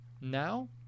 now